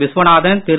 Viswanathan Thiru